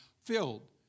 filled